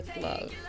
love